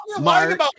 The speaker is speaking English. Mark